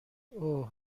اوه